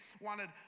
wanted